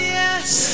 yes